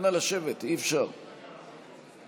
נא לשבת, אי-אפשר ככה.